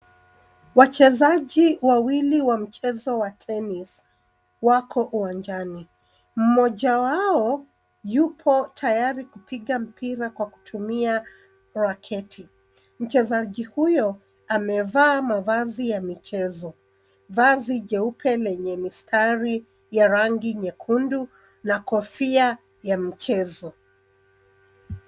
Wachezaji wawili wa mchezo wa tennis wako uwanjani. Mmoja wao yupo tayari kupiga mpira kwa kutumia raketi. Mchezaji huyo amevaa mavazi ya michezo, vazi jeupe lenye mistari ya rangi nyekundu na kofia ya mchezo.